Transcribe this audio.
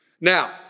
Now